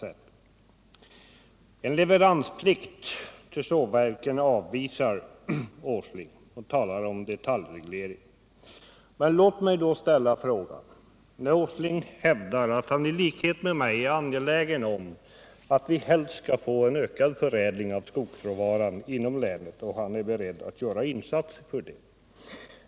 Herr Åsling avvisar också frågan om att införa en leveransplikt för sågverken och talar om att det skulle innebära detaljreglering. Samtidigt hävdar herr Åsling att han i likhet med mig är angelägen om att sikta på att få en ökad förädling av skogsråvaran inom länet och att han är beredd att göra insatser i den riktningen.